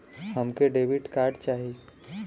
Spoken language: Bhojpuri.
हमके डेबिट कार्ड चाही?